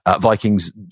Vikings